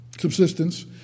subsistence